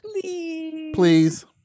Please